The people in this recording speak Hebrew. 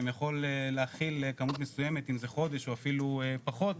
יכול להכיל כמות מסוימת אם זה חודש או אפילו פחות,